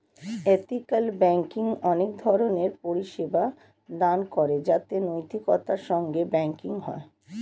ethical banking অনেক ধরণের পরিষেবা দান করে যাতে নৈতিকতার সঙ্গে ব্যাঙ্কিং হয়